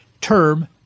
term